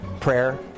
Prayer